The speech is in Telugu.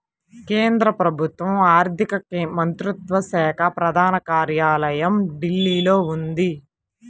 కేంద్ర ప్రభుత్వ ఆర్ధిక మంత్రిత్వ శాఖ ప్రధాన కార్యాలయం ఢిల్లీలో ఉంది